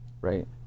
Right